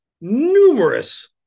numerous